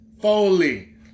Foley